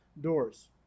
doors